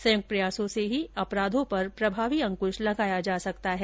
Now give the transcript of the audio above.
संयुक्त प्रयासों से ही ऐसे अपराधों पर प्रभावी अंकृश लगाया जा सकता है